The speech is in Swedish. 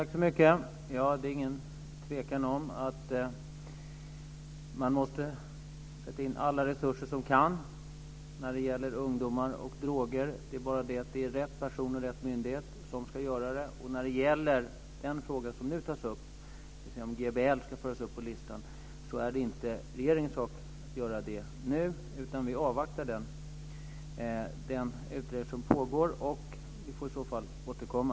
Herr talman! Det är ingen tvekan om att man måste sätta in alla resurser man kan när det gäller ungdomar och droger. Det är bara det att det är rätt person och rätt myndighet som ska göra det. När det gäller den fråga som nu tas upp, dvs. om GBL ska föras upp på listan, är det inte regeringens sak att göra det nu, utan vi avvaktar den utredning som pågår och får återkomma.